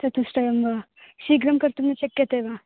चतुष्टयं वा शीघ्रं कर्तुं न शक्यते वा